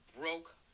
broke